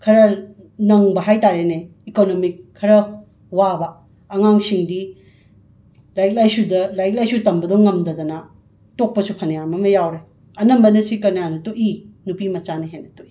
ꯈꯔ ꯅꯪꯕ ꯍꯥꯏꯇꯥꯔꯦꯅꯦ ꯏꯀꯣꯅꯣꯃꯤꯛ ꯈꯔ ꯋꯥꯕ ꯑꯉꯥꯡꯁꯤꯡꯗꯤ ꯂꯥꯏꯔꯤꯛ ꯂꯥꯏꯁꯨꯗ ꯂꯥꯏꯔꯤꯛ ꯂꯥꯏꯁꯨ ꯇꯝꯕꯗꯨ ꯉꯝꯗꯗꯅ ꯇꯣꯛꯄꯁꯨ ꯐꯅꯌꯥꯝ ꯑꯃ ꯌꯥꯎꯔꯦ ꯑꯅꯝꯕꯅ ꯁꯤ ꯀꯅꯥꯅ ꯇꯣꯛꯏ ꯅꯨꯄꯤꯃꯆꯥꯅ ꯍꯦꯟꯅ ꯇꯣꯛꯏ